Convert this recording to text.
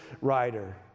rider